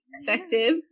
effective